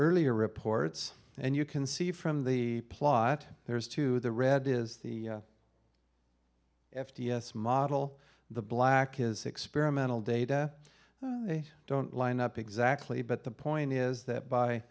earlier reports and you can see from the plot there is to the read is the f t s model the black is experimental data they don't line up exactly but the point is that